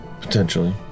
Potentially